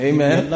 Amen